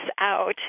out